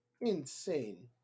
Insane